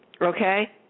Okay